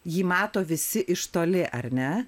jį mato visi iš toli ar ne